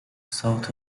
south